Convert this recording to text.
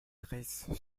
dresse